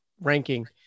ranking